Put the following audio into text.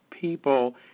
people